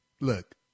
look